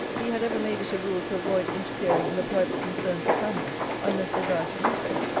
he had ever made it a rule to avoid interfering in the private concerns of families, unless desired to do so.